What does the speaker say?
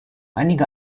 einige